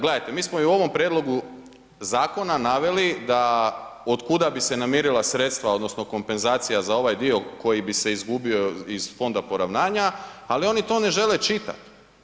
Gledajte, mi smo i u ovom prijedlogu zakona naveli da, otkuda bi se namirila sredstva, odnosno kompenzacija za ovaj dio koji bi se izgubio iz fonda poravnanja, ali oni to ne žele čitati.